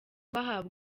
bahabwa